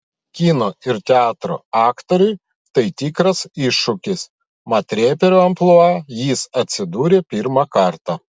kino ir teatro aktoriui tai tikras iššūkis mat reperio amplua jis atsidūrė pirmą kartą